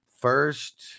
First